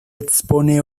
expone